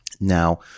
Now